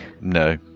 No